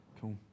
Cool